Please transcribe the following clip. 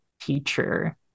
teacher